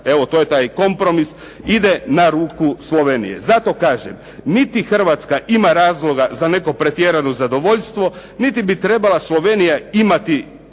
evo to je taj kompromis, ide na ruku Slovenije. Zato kažem, niti Hrvatska ima razloga za neko pretjerano zadovoljstvo niti bi trebala Slovenija imati